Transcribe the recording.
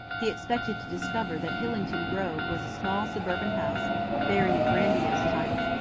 he expected to discover that hillington grove was a small suburban house bearing a grandiose title.